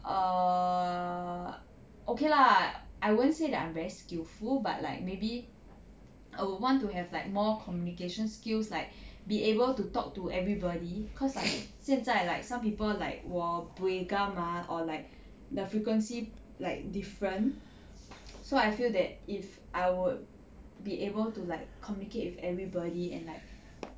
err okay lah I won't say that I'm very skilful but like maybe I would want to have like more communication skills like be able to talk to everybody cause like 现在 like some people like 我 buay gam ah or like the frequency like different so I feel that if I would be able to like communicate with everybody and like